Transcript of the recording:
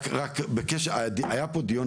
היה פה דיון,